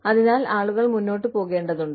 അതിനാൽ ആളുകൾ മുന്നോട്ട് പോകേണ്ടതുണ്ട്